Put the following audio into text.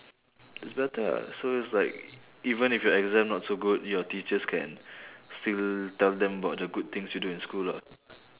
it's better lah so it's like even if your exam not so good your teachers can still tell them about the good things you do in school lah